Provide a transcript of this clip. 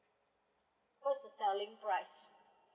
what's the selling price